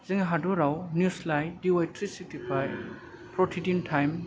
जों हादराव news live दि वाइ थ्रि सिक्लटि फाइभ प्रटिदिन टाइम